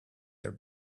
their